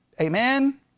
Amen